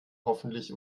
hoffentlich